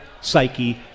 psyche